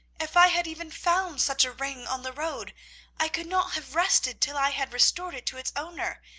if i had even found such a ring on the road i could not have rested till i had restored it to its owner.